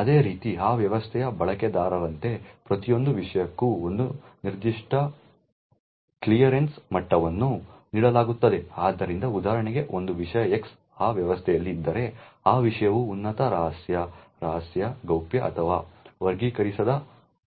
ಅದೇ ರೀತಿ ಆ ವ್ಯವಸ್ಥೆಯ ಬಳಕೆದಾರರಂತೆ ಪ್ರತಿಯೊಂದು ವಿಷಯಕ್ಕೂ ಒಂದು ನಿರ್ದಿಷ್ಟ ಕ್ಲಿಯರೆನ್ಸ್ ಮಟ್ಟವನ್ನು ನೀಡಲಾಗುತ್ತದೆ ಆದ್ದರಿಂದ ಉದಾಹರಣೆಗೆ ಒಂದು ವಿಷಯ X ಆ ವ್ಯವಸ್ಥೆಯಲ್ಲಿ ಇದ್ದರೆ ಆ ವಿಷಯವು ಉನ್ನತ ರಹಸ್ಯ ರಹಸ್ಯ ಗೌಪ್ಯ ಅಥವಾ ವರ್ಗೀಕರಿಸದ